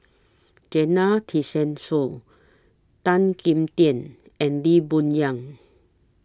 Zena Tessensohn Tan Kim Tian and Lee Boon Yang